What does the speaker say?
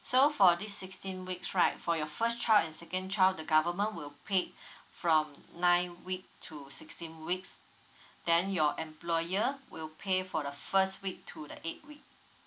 so for this sixteen weeks right for your first child and second child the government will pay from ninth week to sixteenth weeks then your employer will pay for the first week to the eighth week